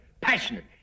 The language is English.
passionate